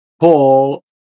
Paul